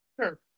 Sure